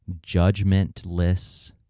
judgmentless